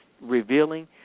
revealing